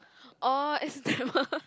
oh is that one